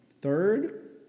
third